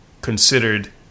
considered